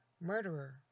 Murderer